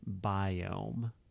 biome